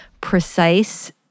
precise